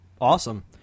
Awesome